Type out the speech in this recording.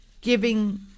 giving